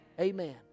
Amen